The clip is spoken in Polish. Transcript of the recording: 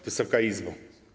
Wysoka Izbo!